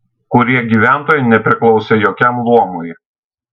kurie gyventojai nepriklausė jokiam luomui